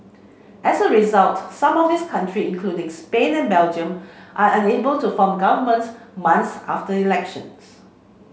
as a result some of these country including Spain and Belgium are unable to form governments months after elections